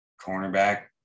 cornerback